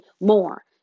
more